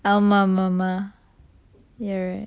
ஆமாமாமா:aamamama ya right